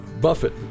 buffett